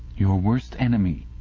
your worst enemy,